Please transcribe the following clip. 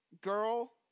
girl